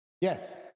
Yes